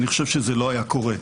אני חושב שזה לא היה קורה.